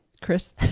Chris